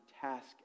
task